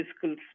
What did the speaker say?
fiscal